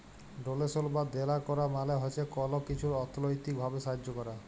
ডোলেশল বা দেলা ক্যরা মালে হছে কল কিছুর অথ্থলৈতিক ভাবে সাহায্য ক্যরা